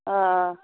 آ